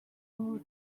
more